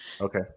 Okay